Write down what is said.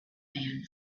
man